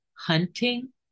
Hunting